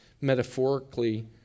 metaphorically